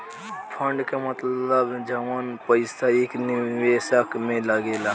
fund के मतलब जवन पईसा एक निवेशक में लागेला